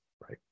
Right